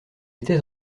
était